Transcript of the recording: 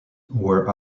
were